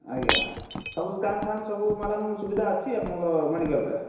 ଆଜ୍ଞା ସବୁ ସ୍କାନ୍ଫାନ୍ ସବୁ ମ୍ୟାଡ଼ମ୍ ସୁବିଧା ଅଛି ଆପଣଙ୍କର ମେଡ଼ିକାଲ୍ରେ